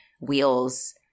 Wheels